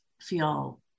feel